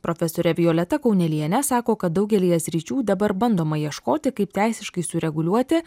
profesorė violeta kaunelienė sako kad daugelyje sričių dabar bandoma ieškoti kaip teisiškai sureguliuoti